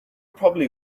probably